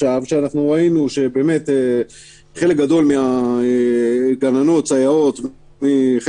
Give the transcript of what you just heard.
עובדי כיבוי אש, כוחות משטרה, כוחות ביטחון, הצלה